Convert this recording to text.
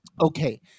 okay